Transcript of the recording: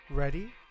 Ready